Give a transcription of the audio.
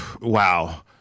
wow